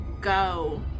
go